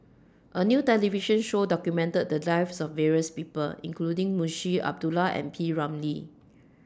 A New television Show documented The Lives of various People including Munshi Abdullah and P Ramlee